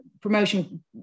promotion